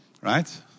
Right